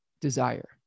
desire